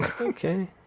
Okay